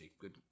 Good